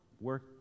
work